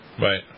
Right